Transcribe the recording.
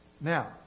Now